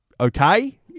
Okay